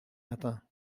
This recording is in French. matin